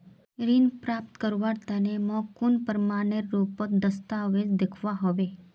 ऋण प्राप्त करवार तने मोक कुन प्रमाणएर रुपोत दस्तावेज दिखवा होबे?